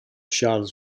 charles